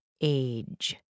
age